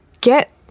get